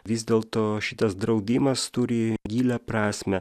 vis dėlto šitas draudimas turi gilią prasmę